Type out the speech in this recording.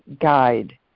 guide